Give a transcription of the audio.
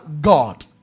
God